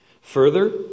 Further